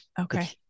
Okay